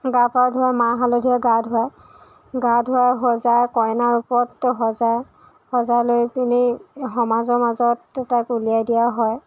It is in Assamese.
গা পা ধুৱাই মাহ হালধিৰে গা ধুৱায় গা ধুৱাই সজাই কইনা ৰূপত সজায় সজাই লৈকেনে সমাজৰ মাজত তাইক উলিয়াই দিয়া হয়